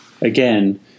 again